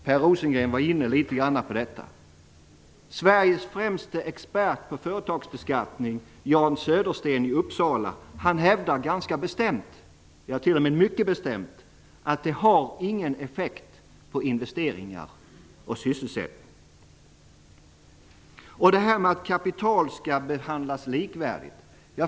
Per Rosengren var inne på detta litet grand. Sveriges främste expert på företagsbeskattning, Jan Södersten i Uppsala, hävdar mycket bestämt att det inte har någon effekt på investeringar och sysselsättning. Man säger att avkastning av kapital skall behandlas likvärdigt.